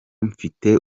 mfite